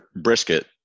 brisket